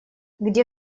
где